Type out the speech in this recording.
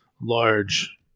large